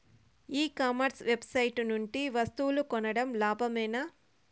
ఈ commerce website నుండి వస్తువులు కొనడం లాభమేనా?